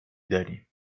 داریم